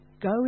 go